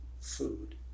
food